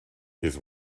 his